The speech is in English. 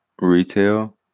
retail